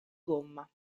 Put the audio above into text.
gomma